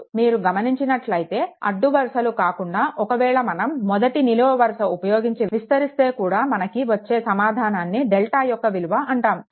మీరు గమనించినట్లైతే అడ్డు వరుసలు కాకుండా ఒకవేళ మనం మొదటి నిలువు వరుసని ఉపయోగించి విస్తరిస్తే కూడా మనకు వచ్చే సమాధానాన్ని డెల్టా యొక్క విలువ అంటాము